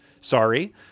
Sorry